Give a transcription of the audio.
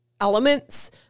elements